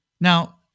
Now